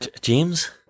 James